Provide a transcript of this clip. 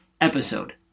episode